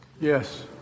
Yes